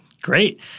Great